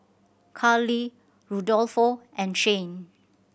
Carli Rudolfo and Shane